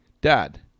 Dad